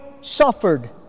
suffered